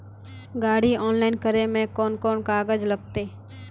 गाड़ी ऑनलाइन करे में कौन कौन कागज लगते?